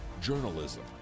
journalism